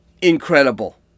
incredible